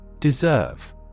Deserve